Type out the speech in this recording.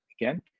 again